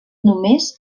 només